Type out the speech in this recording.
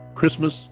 Christmas